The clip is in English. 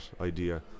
idea